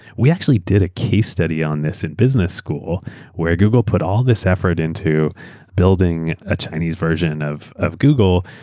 we actually did a case study on this in business school where google put all this effort into building a chinese version of of google.